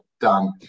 done